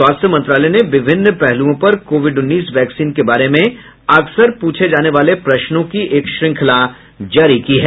स्वास्थ्य मंत्रालय ने विभिन्न पहलुओं पर कोविड उन्नीस वैक्सीन के बारे में अक्सर प्रछे जाने वाले प्रश्नों की एक श्रृंखला जारी की है